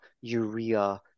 urea